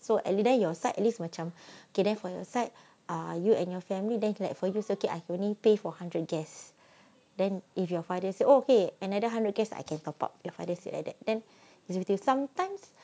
so wedding time at least your side macam okay then for your side uh you and your family then like for use okay I can only pay for hundred guests then if your father say okay another hundred guests I can top up your father say like that then is if sometimes